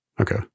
Okay